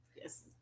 Yes